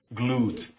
glued